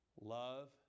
love